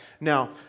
Now